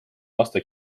laste